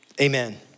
Amen